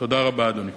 תודה רבה, אדוני.